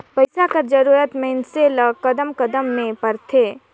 पइसा कर जरूरत मइनसे ल कदम कदम में परथे